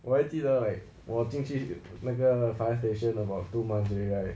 我还记得 like 我进去那个 fire station about two months already right